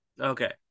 Okay